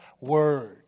word